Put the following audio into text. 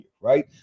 right